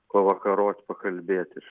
pavakarot pakalbėti